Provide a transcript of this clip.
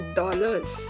dollars